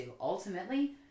ultimately